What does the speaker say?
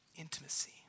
Intimacy